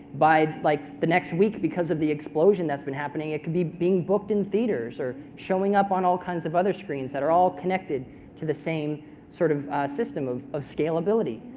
by like the next week because of the explosion that's been happening, it could be being booked in theaters or showing up on all kinds of other screens that are all connected to the same sort of system of of scalability.